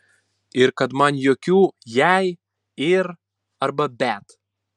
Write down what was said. ir kad man jokių jei ir arba bet